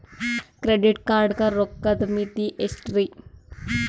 Credit card ಗ ರೋಕ್ಕದ್ ಮಿತಿ ಎಷ್ಟ್ರಿ?